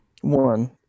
One